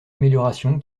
amélioration